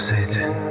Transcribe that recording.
Satan